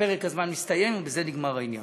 פרק הזמן מסתיים ובזה נגמר העניין,